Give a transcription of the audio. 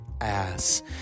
ass